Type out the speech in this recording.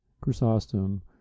chrysostom